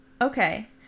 Okay